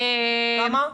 כמה?